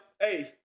hey